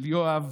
של יואב,